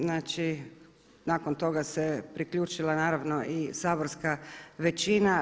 Znači, nakon toga se priključila naravno i saborska većina.